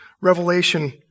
Revelation